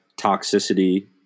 toxicity